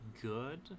good